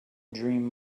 dream